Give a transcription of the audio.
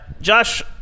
Josh